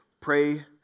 pray